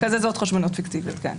מקזזות חשבוניות פיקטיביות, כן.